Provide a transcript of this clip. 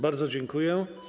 Bardzo dziękuję.